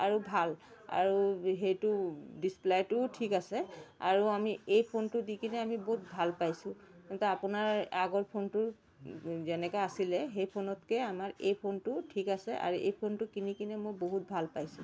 আৰু ভাল আৰু সেইটো ডিচপ্লোইটোও ঠিক আছে আৰু আমি এই ফোনটো দি কিনে আমি বহুত ভাল পাইছোঁ আপোনাৰ আগৰ ফোনটোৰ যেনেকৈ আছিলে সেই ফোনতকৈ আমাৰ এই ফোনটো ঠিক আছে আৰু এই ফোনটো কিনি কেনে মই বহুত ভাল পাইছোঁ